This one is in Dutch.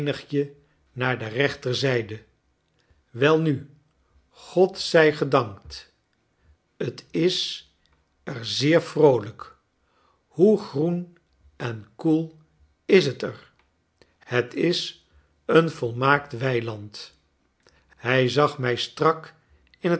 naar de rechterzijde welnu god zij gedankt tis er zeer vroolijk hoe groen en koel is het er het is een volmaakt weiland hij zag mij strak in het